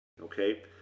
Okay